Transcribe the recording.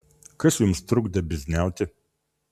kas jums trukdė bizniauti